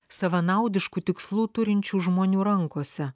savanaudiškų tikslų turinčių žmonių rankose